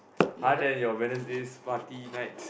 other than your Wednesdays party nights